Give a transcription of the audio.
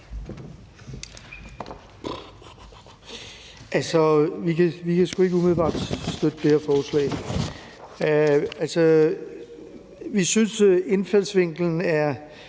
Vi kan sgu ikke umiddelbart støtte det her forslag. Vi synes, at indfaldsvinklen er